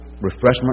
refreshment